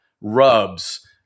rubs